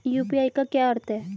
UPI का क्या अर्थ है?